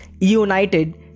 united